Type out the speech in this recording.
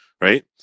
right